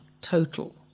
total